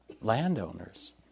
landowners